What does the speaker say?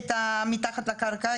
מתחת לקרקע.